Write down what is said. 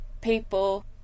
people